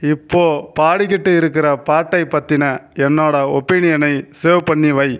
இப்போ பாடிக்கிட்டு இருக்குற பாட்டை பத்தின என்னோட ஒப்பினியனை சேவ் பண்ணி வை